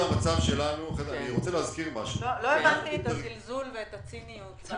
לא הבנתי את הזלזול ואת הציניות.